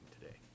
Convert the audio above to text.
today